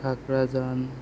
Ghagrajan